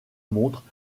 montrent